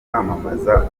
kwamamaza